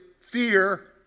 fear